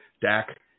Dak